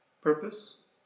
purpose